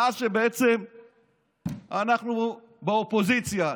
מאז שבעצם אנחנו באופוזיציה.